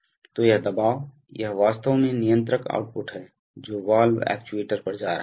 तो यह दबाव यह वास्तव में नियंत्रक आउटपुट है जो वाल्व एक्ट्यूएटर पर जा रहा है